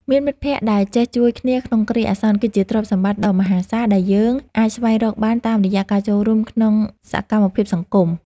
មានមិត្តភក្តិដែលចេះជួយគ្នាក្នុងគ្រាអាសន្នគឺជាទ្រព្យសម្បត្តិដ៏មហាសាលដែលយើងអាចស្វែងរកបានតាមរយៈការចូលរួមក្នុងសកម្មភាពសង្គម។